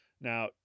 Now